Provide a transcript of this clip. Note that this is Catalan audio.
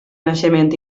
naixement